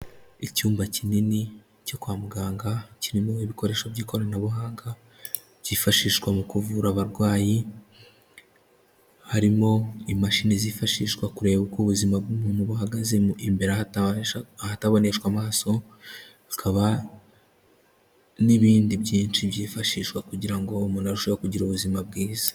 Icyumba kinini cyo kwa muganga, kirimo ibikoresho by'ikoranabuhanga byifashishwa mu kuvura abarwayi, harimo imashini zifashishwa kureba uko ubuzima bw'umuntu buhagaze mu imbere ahataboneshwa amaso, hakaba n'ibindi byinshi byifashishwa kugira ngo umuntu arusheho kugira ubuzima bwiza.